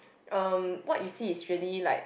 um what you see is really like